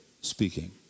speaking